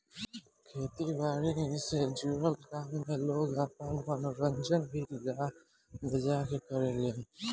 खेती बारी से जुड़ल काम में लोग आपन मनोरंजन भी गा बजा के करेलेन